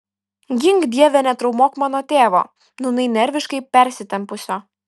gink dieve netraumuok mano tėvo nūnai nerviškai persitempusio